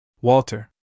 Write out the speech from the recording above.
Walter